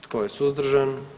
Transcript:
Tko je suzdržan?